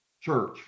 church